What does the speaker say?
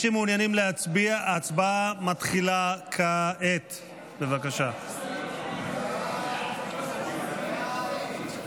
ההצעה להעביר את הצעת חוק הכניסה לישראל